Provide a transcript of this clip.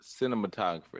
cinematographer